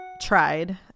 tried